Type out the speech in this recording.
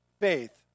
Faith